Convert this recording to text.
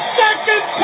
second